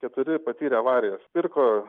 keturi patyrė avarijas pirko